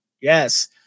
Yes